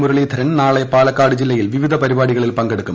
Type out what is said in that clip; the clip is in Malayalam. മുരളീധരൻ നാളെ പാലക്കാട് ജില്ലയിൽ വിവിധ പരിപാടികളിൽ പങ്കെടുക്കും